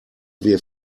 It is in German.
wir